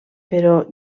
però